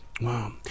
Wow